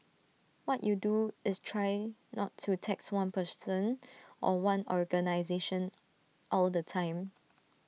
what you do is try not to tax one person or one organisation all the time